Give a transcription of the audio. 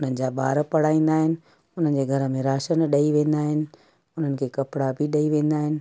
उन्हनि जा ॿार पढ़ाईंदा आहिनि उन्हनि जे घर में राशनु ॾेई वेंदा आहिनि उन्हनि खे कपिड़ा बि ॾेई वेंदा आहिनि